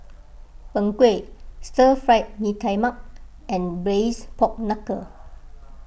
Png Kueh Stir Fry Mee Tai Mak and Braised Pork Knuckle